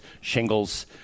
shingles